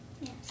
Yes